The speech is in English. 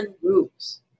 groups